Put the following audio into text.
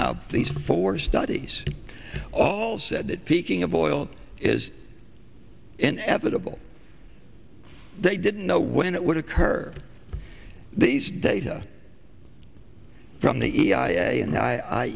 now these four studies all said that peaking of oil is inevitable they didn't know when it would occur these data from the e i